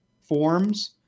forms